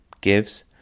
gives